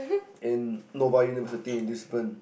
in Nova University in Lisbon